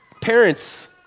Parents